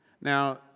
Now